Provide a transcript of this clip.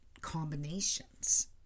combinations